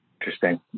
Interesting